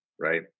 right